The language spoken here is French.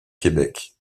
québec